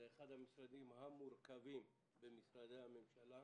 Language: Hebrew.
זה אחד המשרדים המורכבים במשרדי הממשלה.